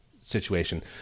situation